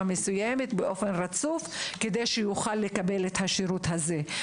מסוימת באופן רצוף כדי שהוא יוכל לקבל את השירות הזה.